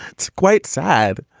it's quite sad.